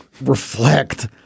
reflect—